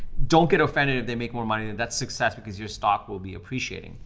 don't get offended if they make more money, that success because your stock will be appreciating.